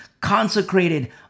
consecrated